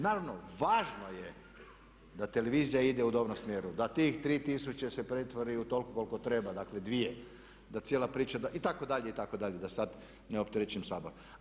Naravno važno je da televizija ide u dobrom smjeru, da tih 3000 se pretvori u toliko koliko treba, dakle dvije, da cijela priča itd. itd. da sad ne opterećujem Sabor.